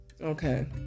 okay